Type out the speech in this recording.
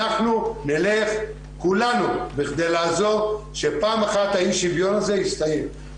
אנחנו נלך כולנו בכדי לעזור שפעם אחת האי-שוויון הזה הסתיים.